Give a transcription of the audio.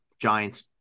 Giants